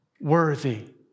worthy